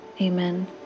Amen